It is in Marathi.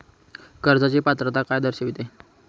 कर्जाची पात्रता काय दर्शविते?